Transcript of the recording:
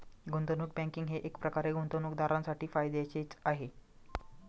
गुंतवणूक बँकिंग हे एकप्रकारे गुंतवणूकदारांसाठी फायद्याचेच आहे